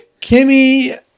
Kimmy